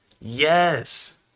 Yes